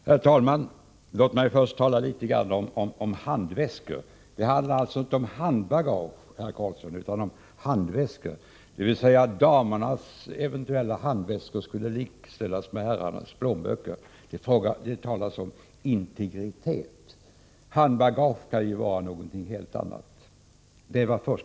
Herr talman! Låt mig först tala litet om handväskor. Det handlar inte om tullundersökning av handbagage, herr Carlsson, utan av handväskor. Damernas eventuella handväskor skulle alltså likställas med herrarnas plånböcker. I fråga om integritet är dessa saker någonting helt annat än handbagage.